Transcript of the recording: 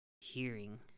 hearing